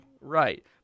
Right